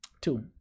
Two